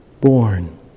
born